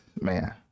man